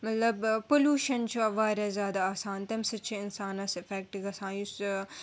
مطلب پٔلوٗشَن چھُ وارِیاہ زیادٕ آسان تَمہِ سۭتۍ چھُ اِنسانَس اِفٮ۪کٹ گَژھان یُس